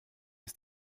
ist